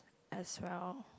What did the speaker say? as well